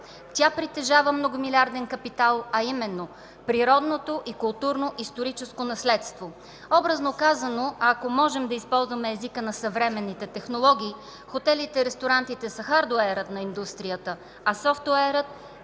тя притежава многомилиарден капитал, а именно природното и културно историческо наследство. Образно казано, ако можем да използваме езика на съвременните технологии, хотелите и ресторантите са хардуерът на индустрията, а софтуерът,